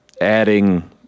adding